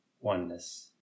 Oneness